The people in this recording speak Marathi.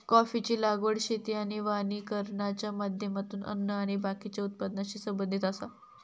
कॉफीची लागवड शेती आणि वानिकरणाच्या माध्यमातून अन्न आणि बाकीच्या उत्पादनाशी संबंधित आसा